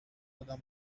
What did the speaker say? ادم